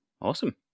Awesome